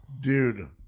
dude